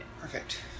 Perfect